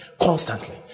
Constantly